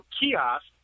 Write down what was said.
kiosk